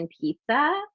pizza